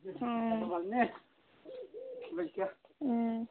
অঁ